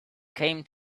came